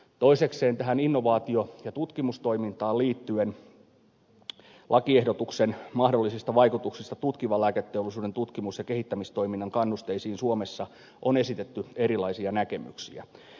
toisekseen tähän innovaatio ja tutkimustoimintaan liittyen lakiehdotuksen mahdollisista vaikutuksista tutkivan lääketeollisuuden tutkimus ja kehittämistoiminnan kannusteisiin suomessa on esitetty erilaisia näkemyksiä